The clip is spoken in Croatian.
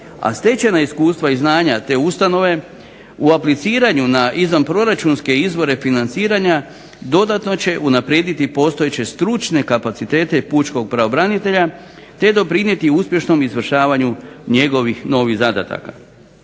a stečena iskustva i znanja te ustanove u apliciranju na izvanproračunske izvore financiranja dodatno će unaprijediti postojeće stručne kapacitete pučkog pravobranitelja te doprinijeti uspješnom izvršavanju njegovih novih zadataka.